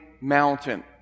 mountain